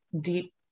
deep